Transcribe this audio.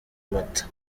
mata